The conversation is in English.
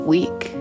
Week